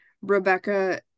Rebecca